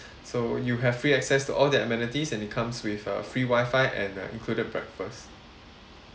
so you have free access to all their amenities and it comes with a free wifi and uh included breakfast